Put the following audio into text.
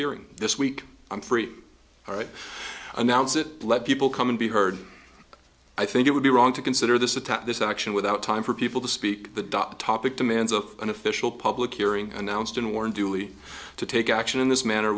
hearing this week i'm free all right announce it let people come and be heard i think it would be wrong to consider this attack this action without time for people to speak the dop topic demands of an official public hearing announced and warned duly to take action in this man